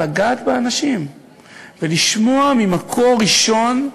לגעת באנשים ולשמוע ממקור ראשון,